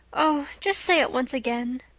oh, just say it once again.